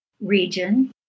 region